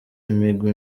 imigwi